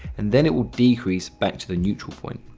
and then it will decrease back to the neutral point.